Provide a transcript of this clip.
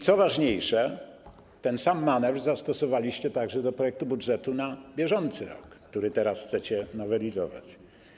Co ważniejsze, ten sam manewr zastosowaliście także wobec projektu budżetu na bieżący rok, który teraz chcecie nowelizować.